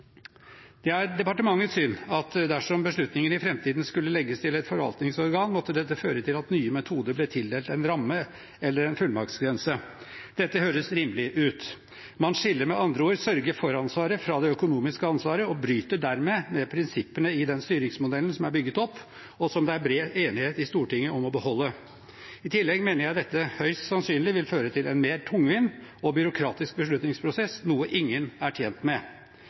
Det er departementets syn at dersom beslutningene i framtiden skulle legges til et forvaltningsorgan, måtte dette føre til at nye metoder ble tildelt en ramme eller en fullmaktsgrense. Dette høres rimelig ut. Man skiller med andre ord sørge-for-ansvaret fra det økonomiske ansvaret og bryter dermed med prinsippene i den styringsmodellen som er bygget opp, og som det er bred enighet i Stortinget om å beholde. I tillegg mener jeg dette høyst sannsynlig ville føre til en mer tungvinn og byråkratisk beslutningsprosess, noe ingen er tjent med.